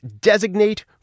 designate